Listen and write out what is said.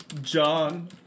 John